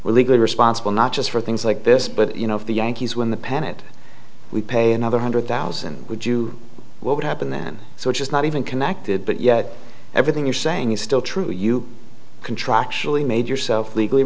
we're legally responsible not just for things like this but you know if the yankees win the pennant we pay another hundred thousand would you what would happen then so it's not even connected but yet everything you're saying is still true you contractually made yourself legally